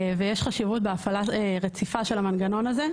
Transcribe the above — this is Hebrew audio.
ויש חשיבות בהפעלה רציפה של המנגנון הזה,